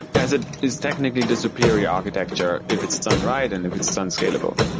as it is technically the superior architecture if it's done right and if it's done scalable.